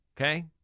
okay